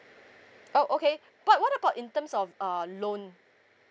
oh okay but what about in terms of err loan